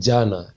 Jana